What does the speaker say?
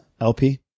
LP